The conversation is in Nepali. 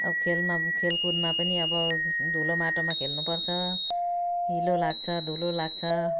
अब खेलमा खेलकुदमा पनि अब धुलो माटोमा खेल्नु पर्छ हिलो लाग्छ धुलो लाग्छ